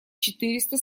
четыреста